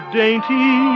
dainty